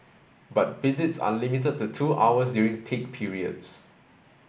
but visits are limited to two hours during peak periods